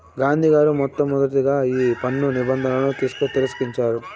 గాంధీ గారు మొట్టమొదటగా ఈ పన్ను నిబంధనలను తిరస్కరించారు